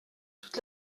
toute